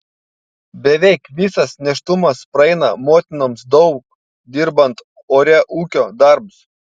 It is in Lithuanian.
beveik visas nėštumas praeina motinoms daug dirbant ore ūkio darbus